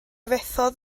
fethodd